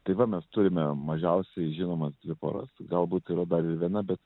tai va mes turime mažiausiai žinomas dvi poras galbūt yra dar ir viena bet